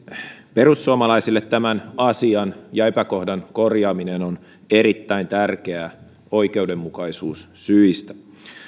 perussuomalaisille tämän asian ja epäkohdan korjaaminen on erittäin tärkeää oikeudenmukaisuussyistä